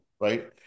right